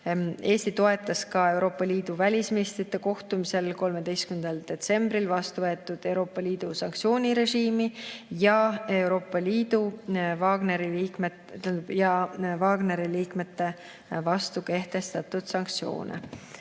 Eesti toetas ka Euroopa Liidu välisministrite kohtumisel 13. detsembril vastu võetud Euroopa Liidu sanktsioonirežiimi ja Wagneri liikmete vastu kehtestatud sanktsioone.